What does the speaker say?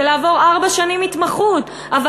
ולעבור התמחות של ארבע שנים,